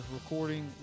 recording